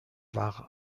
war